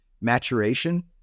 maturation